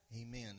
Amen